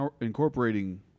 incorporating